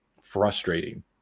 frustrating